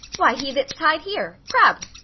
why, he that's tied here, crab,